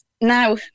Now